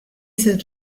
said